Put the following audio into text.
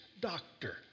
doctor